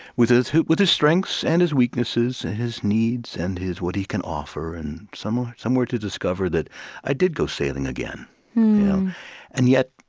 with his with his strengths and his weaknesses and his needs and his what he can offer, and somewhere, to discover that i did go sailing again and yet,